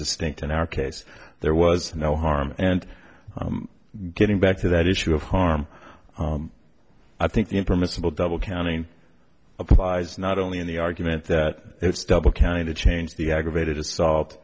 distinct in our case there was no harm and getting back to that issue of harm i think the permissible double counting applies not only in the argument that it's double counting to change the aggravated assault